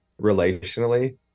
relationally